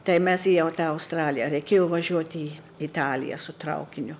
tai mes į jau tą australiją reikėjo važiuot į italiją su traukiniu